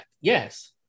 yes